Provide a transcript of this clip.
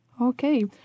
Okay